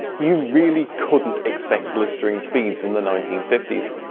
you really couldn't expect blistering speeds in the nineteen fifty s!